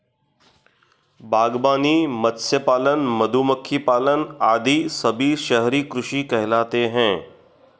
बागवानी, मत्स्य पालन, मधुमक्खी पालन आदि सभी शहरी कृषि कहलाते हैं